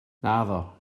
naddo